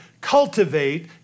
cultivate